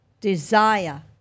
Desire